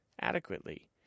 adequately